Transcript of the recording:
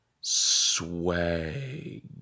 swag